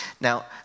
Now